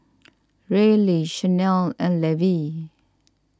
Reilly Shanelle and Levy